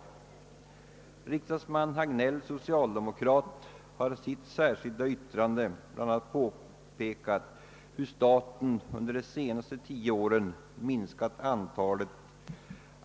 Socialdemokraten herr Hagnell har avgivit sitt särskilda yttrande, där han påpekat att staten under de senaste tio åren minskat antalet